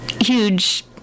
huge